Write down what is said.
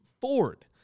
Ford